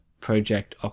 Project